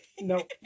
No